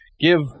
Give